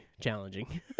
challenging